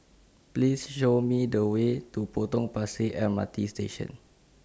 Please Show Me The Way to Potong Pasir M R T Station